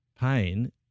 Pain